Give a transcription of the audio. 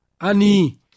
Ani